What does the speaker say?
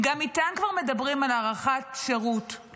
גם איתם כבר מדברים על הארכת שירות,